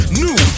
new